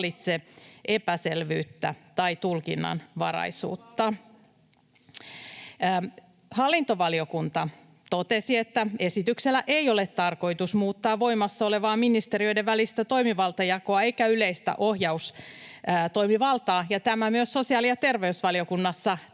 vallitse epäselvyyttä tai tulkinnanvaraisuutta. [Krista Kiuru: Nyt vallitsee!] Hallintovaliokunta totesi, että esityksellä ei ole tarkoitus muuttaa voimassa olevaa ministeriöiden välistä toimivaltajakoa eikä yleistä ohjaustoimivaltaa, ja tämä myös sosiaali‑ ja terveysvaliokunnassa